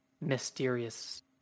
mysterious